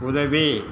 உதவி